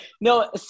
No